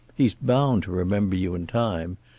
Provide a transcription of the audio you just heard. he's bound to remember you in time.